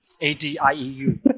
A-D-I-E-U